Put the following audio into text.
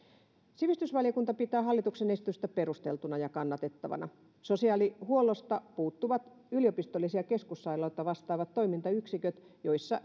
sivistysvaliokunta pitää hallituksen esitystä perusteltuna ja kannatettavana sosiaalihuollosta puuttuvat yliopistollisia keskussairaaloita vastaavat toimintayksiköt joissa